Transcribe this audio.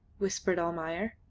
whispered almayer.